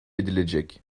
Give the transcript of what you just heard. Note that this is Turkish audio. edilecek